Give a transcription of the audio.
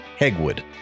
Hegwood